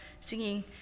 singing